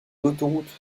l’autoroute